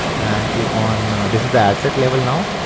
and click on, this is the ad set level now,